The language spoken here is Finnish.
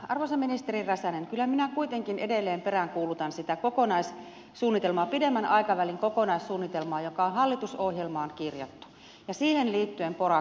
arvoisa ministeri räsänen kyllä minä kuitenkin edelleen peräänkuulutan sitä kokonaissuunnitelmaa pidemmän aikavälin kokonaissuunnitelmaa joka on hallitusohjelmaan kirjattu ja siihen liittyen pora kolmosta